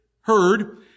heard